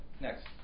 next